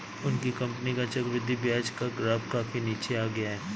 उनकी कंपनी का चक्रवृद्धि ब्याज का ग्राफ काफी नीचे आ गया है